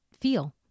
feel